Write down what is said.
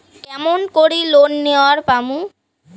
কেমন করি লোন নেওয়ার পামু?